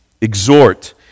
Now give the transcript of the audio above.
exhort